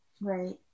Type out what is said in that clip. Right